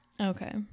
okay